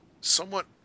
Somewhat